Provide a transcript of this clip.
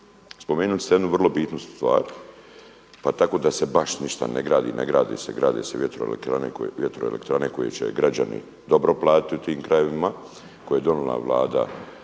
Spomenuli ste jednu vrlo bitnu stvar, pa tako da se baš ništa ne gradi. Grade se vjetroelektrane koje će građani dobro platiti tim krajevima, koje je donijela Vlada